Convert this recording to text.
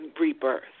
rebirth